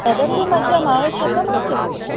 तदपि मह्यम् आवश्यकमासीत्